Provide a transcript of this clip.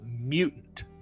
mutant